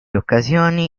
occasioni